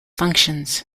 functions